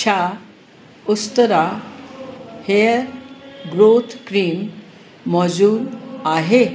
छा Ustraa hair growth cream मौजूद आहे